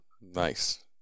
Nice